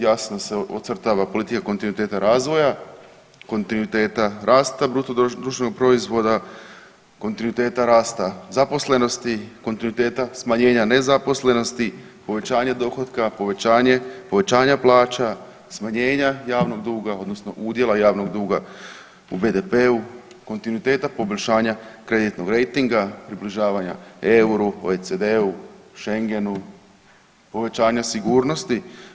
Jasno se ocrtava politika kontinuiteta razvoja, kontinuiteta rasta bruto društvenog proizvoda, kontinuiteta rasta zaposlenosti, kontinuiteta smanjenja nezaposlenosti, povećanje dohotka, povećanja plaća, smanjenja javnog duga, odnosno udjela javnog duga u BDP-u, kontinuiteta poboljšanja kreditnog rejtinga, približavanja euru, OECD-u, Schengenu, povećanja sigurnosti.